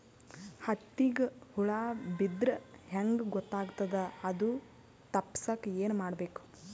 ಹತ್ತಿಗ ಹುಳ ಬಿದ್ದ್ರಾ ಹೆಂಗ್ ಗೊತ್ತಾಗ್ತದ ಅದು ತಪ್ಪಸಕ್ಕ್ ಏನ್ ಮಾಡಬೇಕು?